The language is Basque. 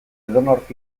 edonork